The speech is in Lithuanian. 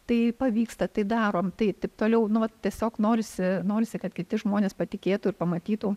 tai pavyksta tai darom tai taip toliau nu va tiesiog norisi norisi kad kiti žmonės patikėtų ir pamatytų